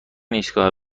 ایستگاه